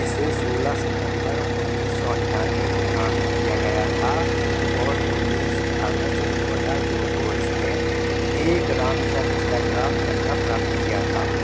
इसे सोलह सितम्बर उन्नीस सौ अट्ठानवे को नामित किया गया था और उन्नीस अगस्त दो हज़ार दो को इसने एक रामसर स्थल का दर्जा प्राप्त किया था